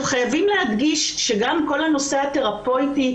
חייבים להדגיש גם את כל הנושא התרפויטי,